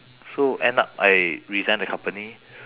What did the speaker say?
so end up I resign the company